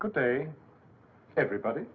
good day everybody